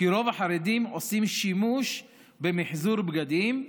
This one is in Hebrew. כי רוב החרדים עושים שימוש במחזור בגדים,